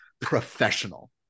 professional